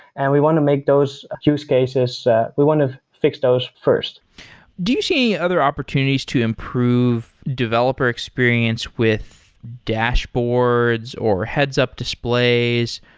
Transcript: and we want to make those use cases, we want to fix those first do you see other opportunities to improve developer experience with dashboards, or heads-up displays,